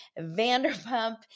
Vanderpump